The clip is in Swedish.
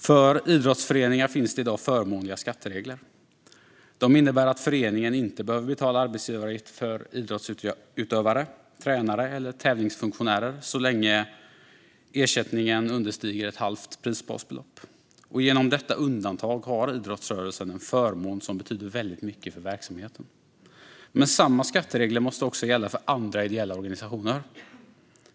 För idrottsföreningar finns det i dag förmånliga skatteregler. Dessa innebär att föreningen inte behöver betala arbetsgivaravgifter för idrottsutövare, tränare eller tävlingsfunktionärer så länge ersättningen understiger ett halvt prisbasbelopp. Genom detta undantag har idrottsrörelsen en förmån som betyder väldigt mycket för verksamheten. Men samma skatteregler måste också gälla för andra ideella organisationer.